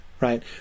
right